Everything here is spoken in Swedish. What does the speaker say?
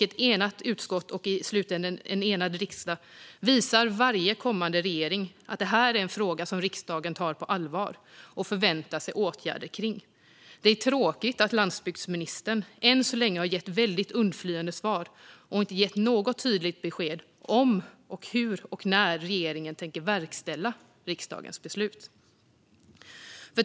Ett enigt utskott och i slutänden en enig riksdag visar varje kommande regering att det här är en fråga som riksdagen tar på allvar och förväntar sig åtgärder för. Det är tråkigt att landsbygdsministern än så länge har gett väldigt undflyende svar och inte gett något tydligt besked om, hur och när regeringen tänker verkställa riksdagens beslut.